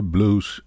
Blues